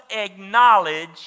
acknowledge